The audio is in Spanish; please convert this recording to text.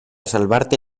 salvarte